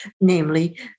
Namely